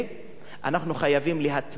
אנחנו חייבים להטמיע,